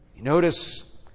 Notice